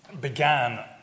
began